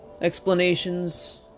explanations